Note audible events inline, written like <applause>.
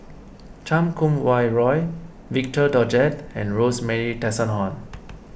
Chan Kum Wah Roy Victor Doggett and Rosemary <unintelligible>